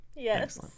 Yes